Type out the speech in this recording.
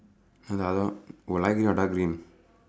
!huh! the other one oh light green or dark green